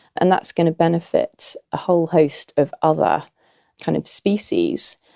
and that's going to benefit a whole host of other kind of species.